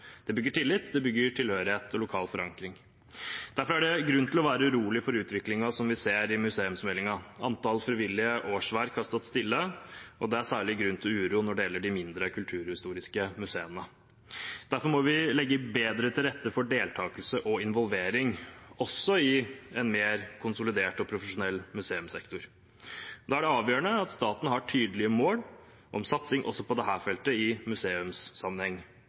Det bygger tillit, og det bygger tilhørighet og lokal forankring. Derfor er det grunn til å være urolig for den utviklingen vi ser i museumsmeldingen. Antall frivillige årsverk har stått stille, og det er særlig grunn til uro når det gjelder de mindre kulturhistoriske museene. Vi må legge bedre til rette for deltakelse og involvering også i en mer konsolidert og profesjonell museumssektor, og da er det avgjørende at staten har tydelige mål om satsing også på dette feltet i museumssammenheng.